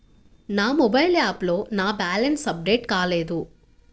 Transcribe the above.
నా మొబైల్ యాప్లో నా బ్యాలెన్స్ అప్డేట్ కాలేదు